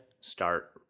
start